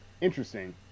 interesting